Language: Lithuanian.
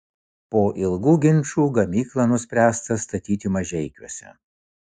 po ilgų ginčų gamyklą nuspręsta statyti mažeikiuose